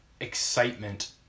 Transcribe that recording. excitement